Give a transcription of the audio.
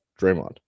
Draymond